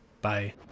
Bye